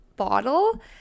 bottle